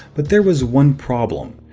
but there was one problem,